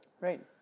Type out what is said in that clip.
Right